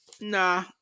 nah